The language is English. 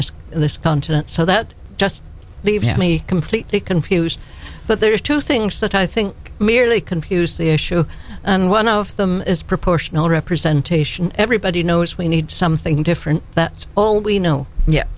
n this continent so that just leaves me completely confused but there's two things that i think merely confuse the issue and one of them is proportional representation everybody knows we need something different that's all we know ye